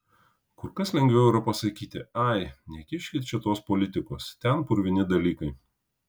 kur kas lengviau yra pasakyti ai nekiškit čia tos politikos ten purvini dalykai